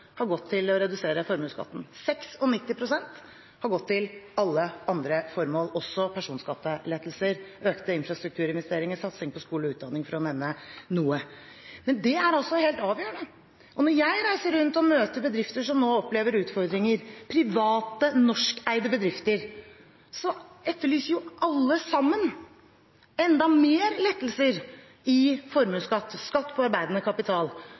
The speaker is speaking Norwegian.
har gått til å redusere formuesskatten. 96 pst. har gått til alle andre formål, også personskattelettelser, økte infrastrukturinvesteringer og satsing på skole og utdanning, for å nevne noe. Men det er altså helt avgjørende. Når jeg reiser rundt og møter bedrifter – private norskeide bedrifter – som nå møter utfordringer, etterlyser alle sammen enda større lettelser i formuesskatt og skatt på arbeidende kapital.